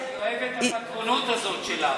אני אוהב את הפטרונות הזאת שלך.